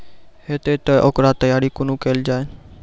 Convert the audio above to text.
हेतै तअ ओकर तैयारी कुना केल जाय?